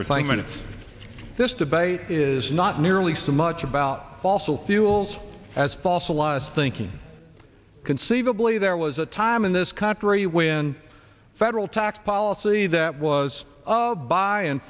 or think minutes this debate is not nearly so much about fossil fuels as fossilised thinking conceivably there was a time in this country when federal tax policy that was by and